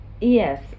yes